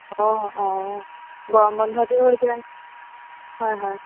অঁ অঁ গৰম বন্ধটো এতিয়া হয় হয়